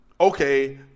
okay